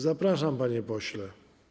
Zapraszam, panie pośle.